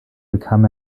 bekam